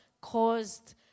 caused